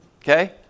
Okay